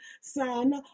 son